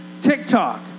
TikTok